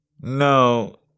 No